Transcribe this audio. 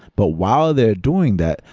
but while they're doing that,